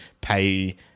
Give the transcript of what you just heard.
pay